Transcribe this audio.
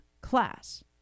class